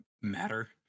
Matter